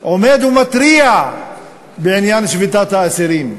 עומד ומתריע בעניין שביתת האסירים,